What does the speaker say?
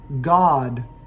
God